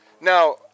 Now